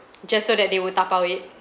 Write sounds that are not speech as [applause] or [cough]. [noise] just so that they will tapau it